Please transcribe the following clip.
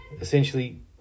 Essentially